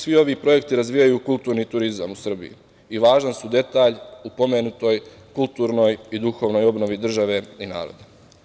Svi ovi projekti razvijaju kulturni turizam u Srbiji i važan su detalj u pomenutoj kulturnoj i duhovnoj obnovi države i naroda.